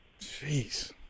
Jeez